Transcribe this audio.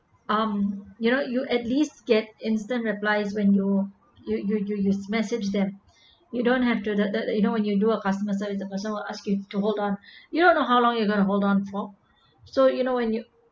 um you know you at least get instant replies when you you you you you message them you don't have to that that you know and you do a customer service officer will asking to hold on you don't know how long you're going to hold on for so you know and you